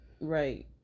Right